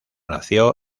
nació